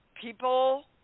people